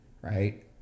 Right